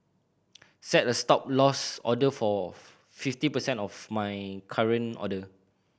set a Stop Loss order for fifty percent of my current order